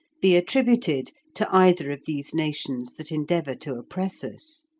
be attributed to either of these nations that endeavour to oppress us.